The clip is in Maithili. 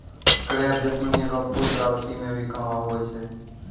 क्रेप जैस्मीन रो फूल सजावटी मे भी काम हुवै छै